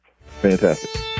Fantastic